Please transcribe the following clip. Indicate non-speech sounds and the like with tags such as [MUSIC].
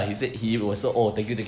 [NOISE]